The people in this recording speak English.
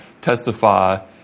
testify